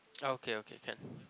okay okay can